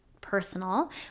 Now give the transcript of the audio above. personal